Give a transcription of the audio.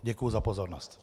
Děkuji za pozornost.